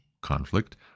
conflict